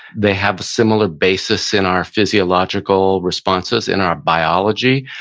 they have similar basis in our physiological responses, in our biology.